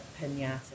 pinata